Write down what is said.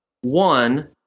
One